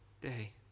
day